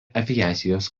aviacijos